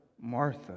Martha